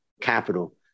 capital